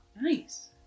Nice